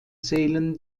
zählen